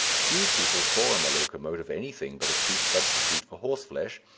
few people saw in the locomotive anything but a cheap substitute for horseflesh,